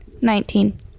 Nineteen